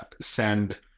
send